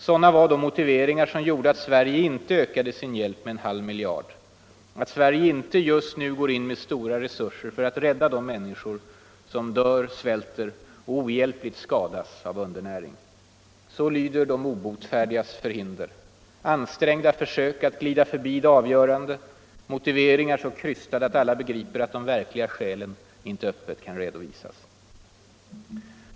Sådana var de motiveringar som gjorde att Sverige inte ökade sin hjälp med en halv miljard, att Sverige inte just nu går in med stora resurser för att rädda de människor som dör, svälter och ohjälpligt skadas av undernäring. Så lyder de obotfärdigas förhinder. Ansträngda försök att glida förbi det avgörande, motiveringar så krystade att alla begriper att de verkliga skälen inte öppet redovisas.